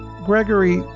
Gregory